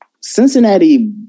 Cincinnati